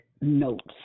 notes